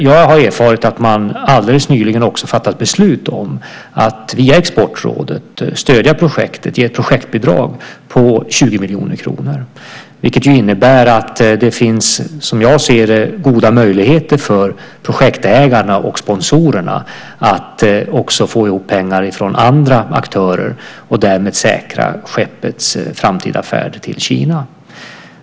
Jag har erfarit att man alldeles nyligen har fattat beslut om att via Exportrådet stödja projektet, att ge ett projektbidrag på 20 miljoner kronor. Det innebär att det finns, som jag ser det, goda möjligheter för projektägarna och sponsorerna att få ihop pengar också från andra aktörer och därmed säkra skeppets fortsatta färd till Kina.